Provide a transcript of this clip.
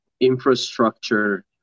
infrastructure